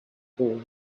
boy